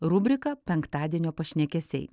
rubrika penktadienio pašnekesiai